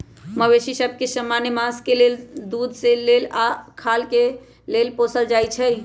मवेशि सभ के समान्य मास के लेल, दूध के लेल आऽ खाल के लेल पोसल जाइ छइ